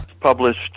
published